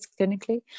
clinically